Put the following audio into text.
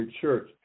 Church